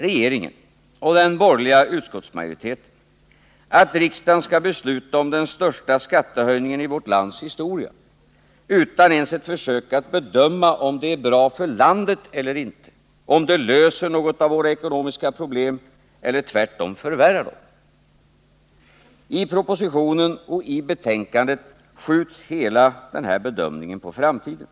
Regeringen och den borgerliga utskottsmajoriteten kräver sedan att riksdagen skall besluta om den största skattehöjningen i vårt lands historia utan ens ett försök till bedömning om det är bra för landet eller inte, om det löser något av våra ekonomiska problem eller tvärtom förvärrar dem. I propositionen och i betänkandet skjuts hela den bedömningen på framtiden.